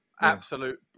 absolute